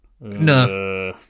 No